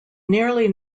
nearly